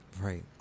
Right